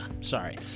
sorry